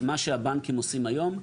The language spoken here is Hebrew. מה שהבנקים עושים היום,